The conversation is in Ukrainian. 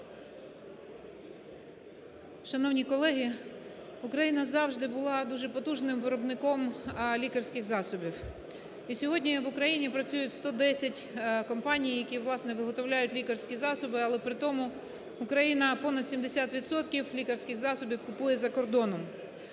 Шановні колеги, Україна завжди була дуже потужним виробником лікарських засобів. І сьогодні в Україні працюють 110 компаній, які, власне, виготовляють лікарські засоби, але при тому Україна понад 70 відсотків лікарських засобів купує за кордоном.